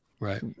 Right